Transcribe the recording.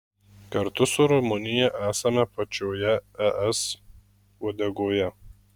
kartu su rumunija esame pačioje es uodegoje